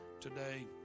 today